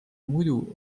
muidu